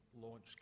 launch